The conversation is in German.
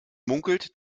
munkelt